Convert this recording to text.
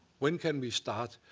when can we start?